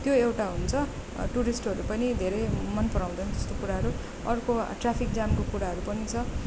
त्यो एउटा हुन्छ टुरिस्टहरू पनि धेरै मन पराउँदैन त्यस्तो कुराहरू अर्को ट्राफिक जामको कुराहरू पनि छ